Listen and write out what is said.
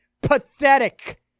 Pathetic